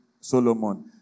Solomon